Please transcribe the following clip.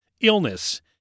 illness